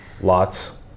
Lots